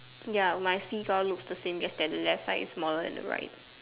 ya my fish all look the same just that the left side look smaller than the right